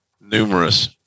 numerous